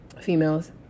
females